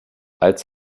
als